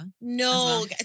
No